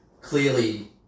clearly